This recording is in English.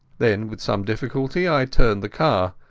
then with some difficulty i turned the car.